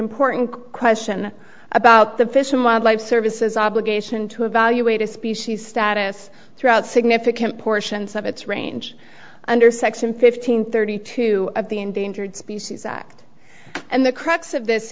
important question about the fish and wildlife services obligation to evaluate a species status throughout significant portions of its range under section fifteen thirty two of the endangered species act and the crux of this